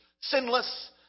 sinless